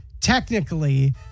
technically